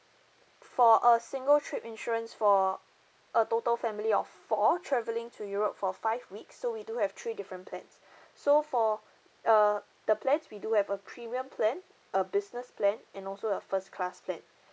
for a single trip insurance for a total family of four travelling to europe for five weeks so we do have three different plans so for uh the plans we do have a premium plan a business plan and also a first class plan